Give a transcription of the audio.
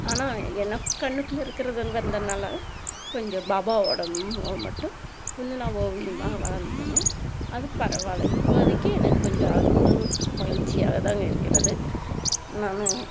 ஆனால் எனக்கு கண்ணுக்குள்ளே இருக்கிறதுன்னு வந்தனால் கொஞ்சம் பாபாவோடய முகம் மட்டும் கொஞ்சம் நான் ஓவியமாக வரைஞ்சேனுங்க அது பரவாயில்ல இப்போதைக்கு எனக்கு கொஞ்சம் அது ஒரு மகிழ்ச்சியாக தாங்க இருக்கிறது நான்